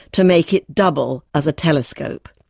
to make it double as a telescope.